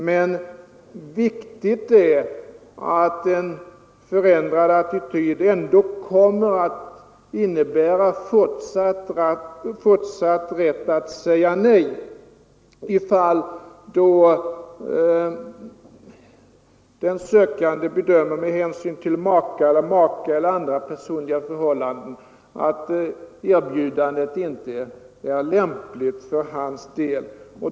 Men viktigt är att en förändrad attityd ändå kommer att innebära fortsatt rätt att säga nej i de fall då den sökande med hänsyn till make, maka eller personliga förhållanden bedömer det så att erbjudandet inte är rimligt för hans del.